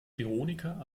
veronika